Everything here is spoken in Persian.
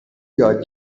یاد